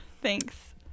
Thanks